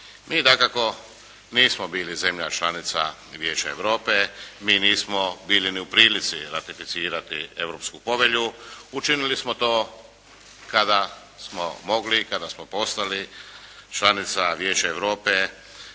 Mi dakako nismo bili zemlja članica Vijeća Europe, mi nismo bili ni u prilici ratificirati Europsku povelju, učinili smo to kada smo mogli, kada smo postali članica Vijeća Europe,